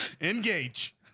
engage